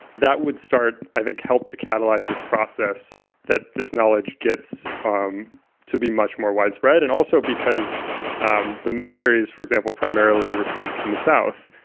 that would start i think help to catalyst this process that this knowledge gets um to be much more widespread and also because um the military for example primarily recruited from the south,